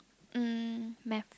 mm math